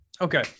Okay